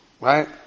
Right